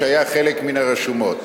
שהיה חלק מן הרשומות.